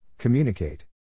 Communicate